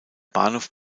bahnhof